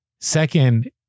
Second